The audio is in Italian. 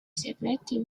segreti